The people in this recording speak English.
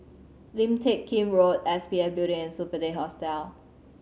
Lim Teck Kim Road S P F Building and Superb Hostel